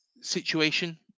situation